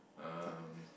um